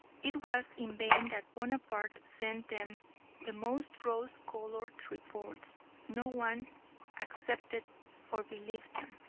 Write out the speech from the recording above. it was in vain that bonaparte sent them the most rose-coloured reports no one accepted or believed them.